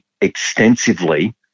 extensively